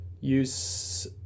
use